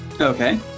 Okay